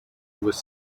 with